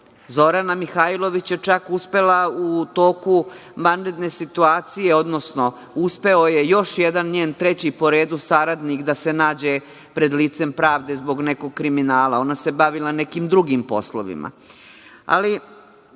Zorana Mihajlović je čak uspela u toku vanredne situacije, odnosno uspeo je još jedan njen, treći po redu saradnik da se nađe pred licem pravde zbog nekog kriminala, a ona se bavila nekim drugim poslovima. Da